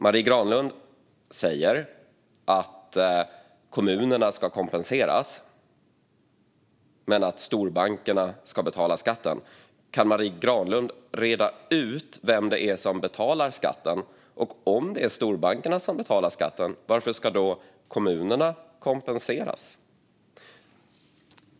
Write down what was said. Marie Granlund säger att kommunerna ska kompenseras men att storbankerna ska betala skatten. Kan Marie Granlund reda ut vem det är som betalar skatten? Om det är storbankerna som betalar skatten - varför ska då kommunerna kompenseras?